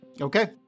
Okay